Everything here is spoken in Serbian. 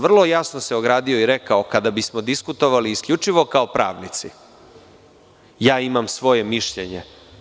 Vrlo jasno sam se ogradio i rekao, kada bismo diskutovali isključivo kao pravnici – ja imam svoje mišljenje.